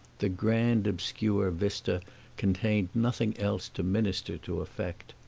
the grand obscure vista contained nothing else to minister to effect.